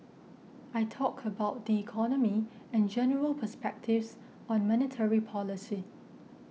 I talked about the economy and general perspectives on monetary policy